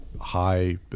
high